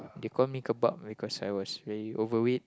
they call me kebab because I was very overweight